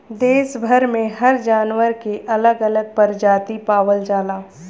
देस भर में हर जानवर के अलग अलग परजाती पावल जाला